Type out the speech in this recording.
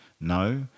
no